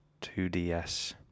2DS